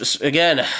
again